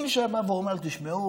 אם מישהו היה בא ואומר: תשמעו,